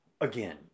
again